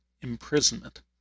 imprisonment